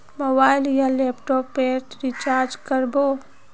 Mobile या laptop पेर recharge कर बो?